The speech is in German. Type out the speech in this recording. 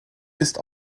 ist